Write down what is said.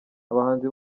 abahanzi